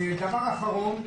דבר אחרון,